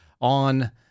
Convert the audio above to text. on